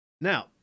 Now